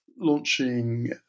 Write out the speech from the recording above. launching